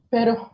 Pero